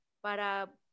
para